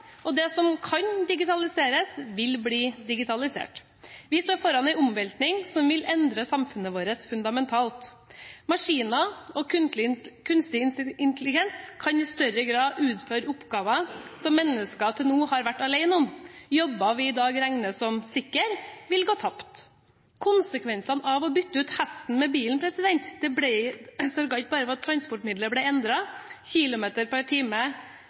digital. Det som kan digitaliseres, vil bli digitalisert. Vi står foran en omveltning som vil endre samfunnet vårt fundamentalt. Maskiner og kunstig intelligens kan i stadig større grad utføre oppgaver som mennesker til nå har vært alene om. Jobber vi i dag regner som sikre, vil gå tapt. Konsekvensene av å bytte ut hesten med bilen var ikke bare en endring av transportmiddel, antall kilometer per time